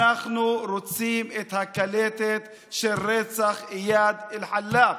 אנחנו רוצים את הקלטת של רצח איאד אלחלאק.